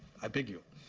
i beg you.